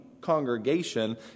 congregation